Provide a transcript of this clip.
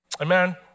Amen